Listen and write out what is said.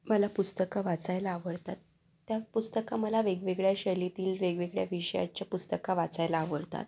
मला पुस्तकं वाचायला आवडतात त्या पुस्तकं मला वेगवेगळ्या शैलीतली वेगवेगळ्या विषयाच्या पुस्तकं वाचायला आवडतात